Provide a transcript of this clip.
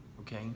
okay